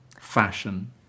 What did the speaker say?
fashion